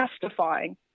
justifying